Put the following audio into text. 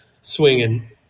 swinging